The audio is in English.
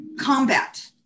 combat